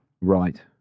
Right